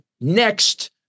next